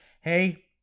Hey